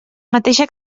mateixa